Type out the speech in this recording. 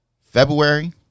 February